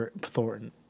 Thornton